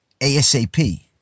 ASAP